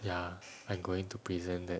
ya I'm going to present there